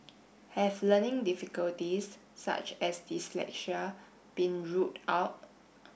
have learning difficulties such as dyslexia been ruled out